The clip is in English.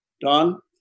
Don